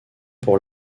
pour